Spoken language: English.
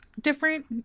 different